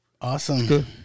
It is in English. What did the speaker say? awesome